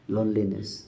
Loneliness